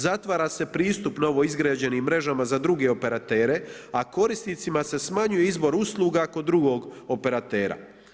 Zatvara se pristup novoizgrađenih mrežama za druge operatere, a korisnicima se smanjuje iznos usluga kod drugog operatera.